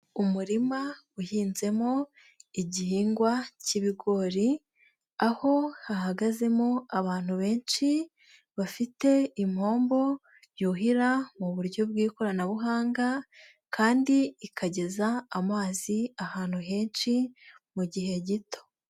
Umurima uhinzemo igihingwa k'ibigori aho hahagazemo abantu benshi bafite impombo yuhira mu buryo bw'ikoranabuhanga kandi ikageza amazi ahantu henshi mu gihe gito.